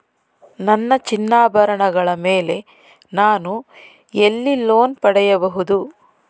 ನನ್ನ ಚಿನ್ನಾಭರಣಗಳ ಮೇಲೆ ನಾನು ಎಲ್ಲಿ ಲೋನ್ ಪಡೆಯಬಹುದು?